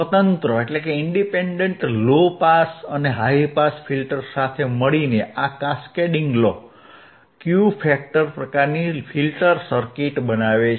સ્વતંત્ર low pass અને high pass filter સાથે મળીને આ કેસ્કેડીંગ લો ક્યુ ફેક્ટર પ્રકારની ફિલ્ટર સર્કિટ બનાવે છે